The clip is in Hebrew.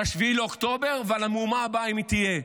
על 7 באוקטובר ועל המהומה הבאה, אם היא תהיה.